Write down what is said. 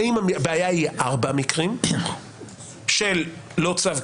האם הבעיה היא ארבעה מקרים של לא צו,